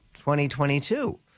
2022